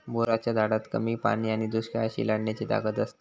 बोराच्या झाडात कमी पाणी आणि दुष्काळाशी लढण्याची ताकद असता